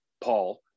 Paul